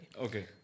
Okay